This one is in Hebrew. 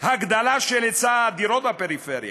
הגדלה של היצע הדירות בפריפריה,